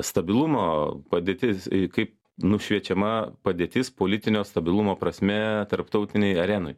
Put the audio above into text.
stabilumo padėtis kai nušviečiama padėtis politinio stabilumo prasme tarptautinėj arenoj